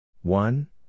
one